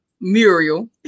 Muriel